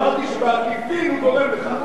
אמרתי שבעקיפין הוא גורם לכך.